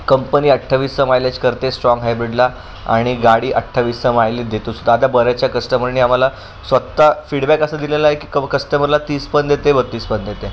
company अठ्ठावीसचं mileage करते strong हायब्रिडला आणि गाडी अठ्ठावीसचा मायलेज देतो स आता बऱ्याच कस्टमरने आम्हाला स्वतः फीडबॅक असा दिलेला आहे की कस्टमरला तीस पण देते बत्तीस पण देते